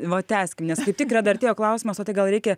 va tęskim nes kaip tik yra dar artėjo klausimas o tai gal reikia